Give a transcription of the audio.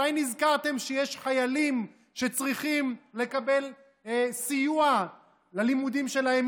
מתי נזכרתם שיש חיילים שצריכים לקבל סיוע ללימודים שלהם,